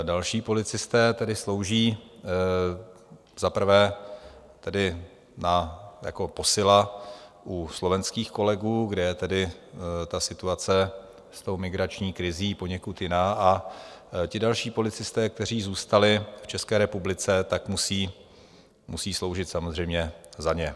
Další policisté slouží za prvé jako posila u slovenských kolegů, kde je situace s migrační krizí poněkud jiná, a další policisté, kteří zůstali v České republice, tak musí sloužit samozřejmě za ně.